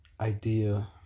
idea